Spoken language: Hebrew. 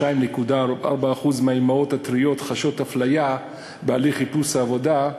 ש-32.4% מהאימהות הטריות חשות אפליה בתהליך חיפוש עבודה,